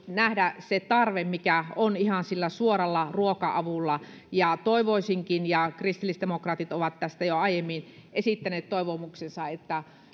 nähdä se tarve mikä on ihan sillä suoralla ruoka avulla toivoisinkin ja kristillisdemokraatit ovat tästä jo aiemmin esittäneet toivomuksensa että